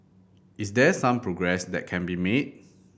is there some progress that can be made